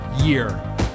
year